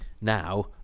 now